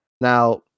now